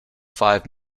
five